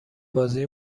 بازی